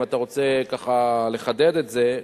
אם אתה רוצה ככה לחדד את זה,